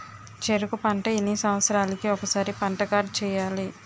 చెరుకు పంట ఎన్ని సంవత్సరాలకి ఒక్కసారి పంట కార్డ్ చెయ్యాలి?